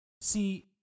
see